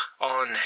on